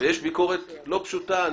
ויש ביקורת לא פשוטה.